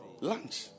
Lunch